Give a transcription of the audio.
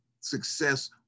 success